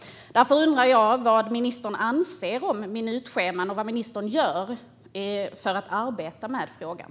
Därför undrar jag vad ministern anser om minutscheman och vad ministern gör för att arbeta med frågan.